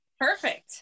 Perfect